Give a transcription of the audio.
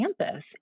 campus